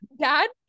Dad